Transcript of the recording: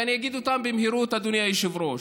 ואני אגיד אותם במהירות, אדוני היושב-ראש: